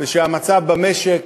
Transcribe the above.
שהמצב במשק